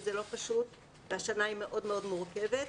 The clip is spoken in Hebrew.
וזה לא פשוט והשנה היא מאוד מאוד מורכבת,